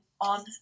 on